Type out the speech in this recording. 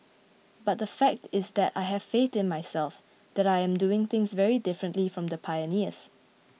but the fact is that I have faith in myself that I am doing things very differently from the pioneers